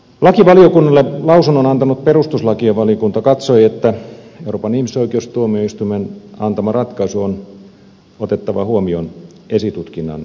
lakivaliokunnalle lausunnon antanut perustuslakivaliokunta katsoi että euroopan ihmisoikeustuomioistuimen antama ratkaisu on otettava huomioon esitutkinnan osalta